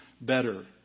better